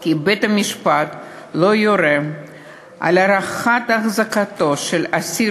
כי בית-המשפט לא יורה על הארכת החזקתו של אסיר